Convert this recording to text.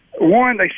One